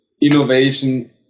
innovation